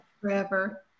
forever